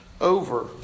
over